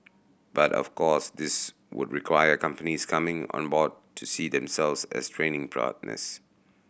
but of course this would require companies coming on board to see themselves as training partners